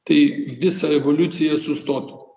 tai visa revoliucija sustotų